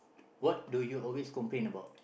what do you always complain about